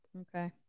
Okay